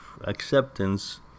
acceptance